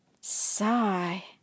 sigh